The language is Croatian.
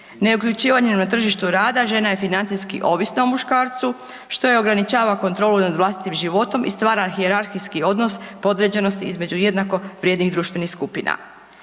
Ne uključivanjem na tržištu rada žena je financijski ovisna o muškarcu što joj ograničava kontrolu nad vlastitim životom i stvara hijerarhijski odnos podređenosti između jednako vrijednih društvenih skupina.